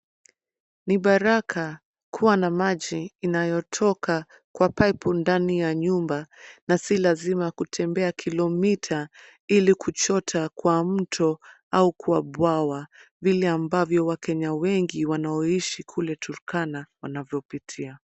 Ni baraka kuwa na maji inayotoka kwa paipu ndani ya nyumba na si lazima kutembea kilomita ili kuchota kwa mto au kwa bwawa vile ambavyo wakenya wengi wanaoishi kule Turkana wanavyopitia.